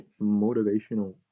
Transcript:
motivational